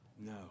No